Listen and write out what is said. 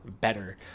better